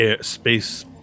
space